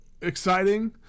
exciting